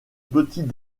petits